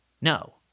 No